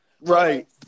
right